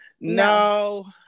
No